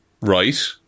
Right